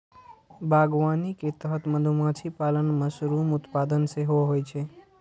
बागवानी के तहत मधुमाछी पालन, मशरूम उत्पादन सेहो होइ छै